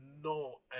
no